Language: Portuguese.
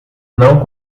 não